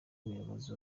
umuyobozi